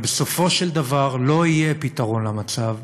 אבל בסופו של דבר, לא יהיה פתרון למצב.